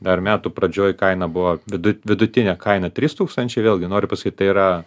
dar metų pradžioj kaina buvo vidu vidutinė kaina trys tūkstančiai vėlgi noriu pasakyt tai yra